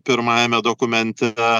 pirmajame dokumente